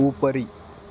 उपरि